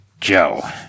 Joe